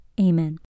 amen